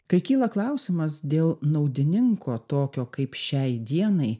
kai kyla klausimas dėl naudininko tokio kaip šiai dienai